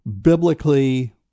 biblically